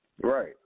Right